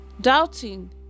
doubting